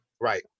right